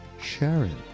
Sharon